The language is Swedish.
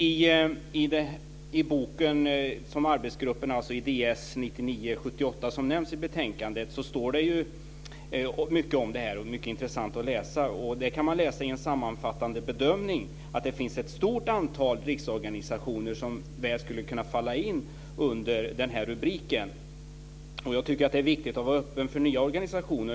I utredningen Ds 1999:78 som nämns i betänkandet står det mycket om detta som är intressant att läsa. Man kan i en sammanfattande bedömning läsa att det finns ett stort antal riksorganisationer som väl skulle kunna falla in under den här rubriken. Jag tycker att det är viktigt att vara öppen för nya organisationer.